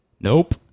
Nope